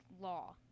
law